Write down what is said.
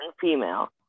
female